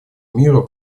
миру